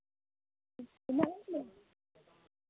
ᱛᱤᱱᱟᱹᱜ ᱮᱢ ᱞᱟᱹᱭᱫᱟ